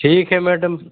ठीक है मैडम